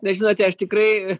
na žinote aš tikrai